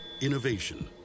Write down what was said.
Innovation